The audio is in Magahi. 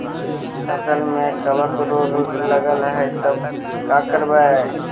फसल में कबक रोग लगल है तब का करबै